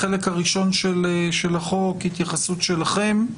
החלק הראשון של החוק, התייחסות שלכם,